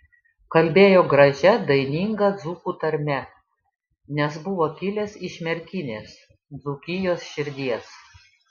kalbėjo gražia daininga dzūkų tarme nes buvo kilęs iš merkinės dzūkijos širdies